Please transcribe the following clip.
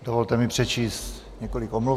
Dovolte mi přečíst několik omluv.